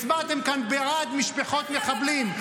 הצבעתם כאן בעד משפחות מחבלים.